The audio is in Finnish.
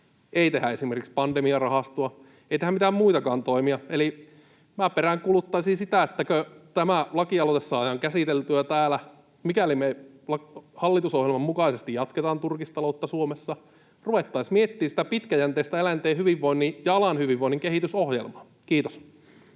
ei tehdä esimerkiksi pandemiarahastoa, eikä tehdä mitään muitakaan toimia. Eli peräänkuuluttaisin sitä, että kun tämä lakialoite saadaan käsiteltyä täällä, niin mikäli me hallitusohjelman mukaisesti jatketaan turkistaloutta Suomessa, ruvettaisiin miettimään pitkäjänteistä eläinten hyvinvoinnin ja alan hyvinvoinnin kehitysohjelmaa. — Kiitos.